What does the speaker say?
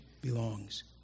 belongs